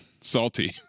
salty